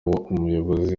umuyobozi